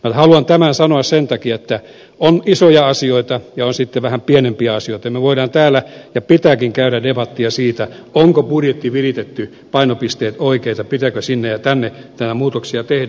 haluan tämän sanoa sen takia että on isoja asioita ja on sitten vähän pienempiä asioita ja me voimme täällä ja pitääkin käydä debattia siitä onko budjetti viritetty painopisteet oikein pitääkö sinne ja tänne muutoksia tehdä